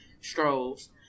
strolls